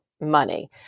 money